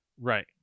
right